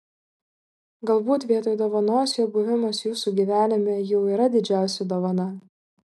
galbūt vietoj dovanos jo buvimas jūsų gyvenime jau yra didžiausia dovana